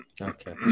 Okay